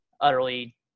utterly